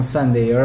Sunday